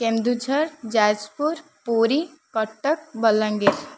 Keonjhar Jajpur Puri Cuttack Balangir